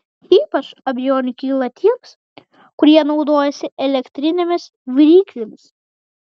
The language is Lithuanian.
ypač abejonių kyla tiems kurie naudojasi elektrinėmis viryklėmis